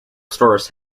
stores